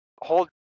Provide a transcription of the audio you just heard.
hold